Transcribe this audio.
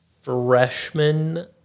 Freshman